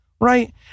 Right